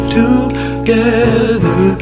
together